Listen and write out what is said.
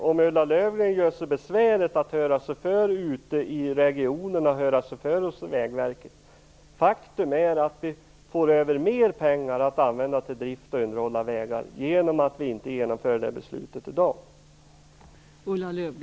Om Ulla Löfgren gör sig besväret att höra sig för hos Vägverket och ute i regionerna kommer hon att inse att faktum är att vi får över mer pengar att använda till drift och underhåll av vägar genom att vi inte genomför det här beslutet i dag.